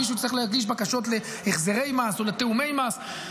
מישהו צריך להגיש בקשות להחזרי מס או לתיאומי מס.